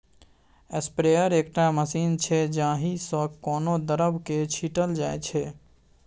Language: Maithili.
स्प्रेयर एकटा मशीन छै जाहि सँ कोनो द्रब केँ छीटल जाइ छै